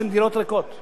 אלה לא נתונים שלי.